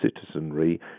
citizenry